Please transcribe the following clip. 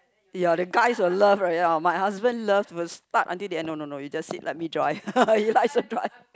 ya the guys would love right ya my husband loves was stuck until then no no no you just sit let me drive he likes to drive